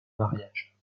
mariage